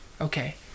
Okay